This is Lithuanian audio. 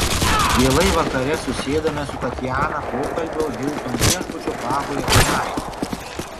vėlai vakare susėdame su tatjana pokalbio hilton viešbučio prahoje kavinaitėje